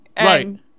right